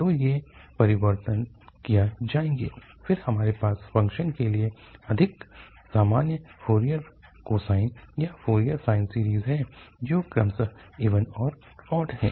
तो ये परिवर्तन किए जाएंगे और फिर हमारे पास फ़ंक्शन के लिए अधिक सामान्य फोरियर कोसाइन या फोरियर साइन सीरीज़ है जो क्रमशः इवन और ऑड हैं